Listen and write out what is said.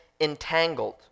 entangled